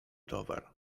towar